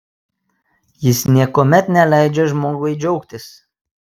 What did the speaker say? jis niekuomet neleidžia žmogui džiaugtis